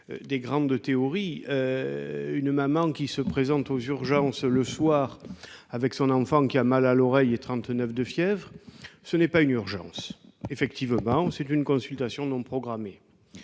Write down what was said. de grandes théories. Une maman qui se présente aux urgences le soir avec son enfant qui a mal à l'oreille et 39 de fièvre, ce n'est pas une urgence ; c'est une consultation non programmée.